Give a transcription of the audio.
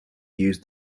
use